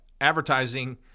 Advertising